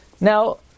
Now